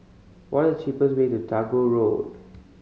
what the cheapest way to Tagore Road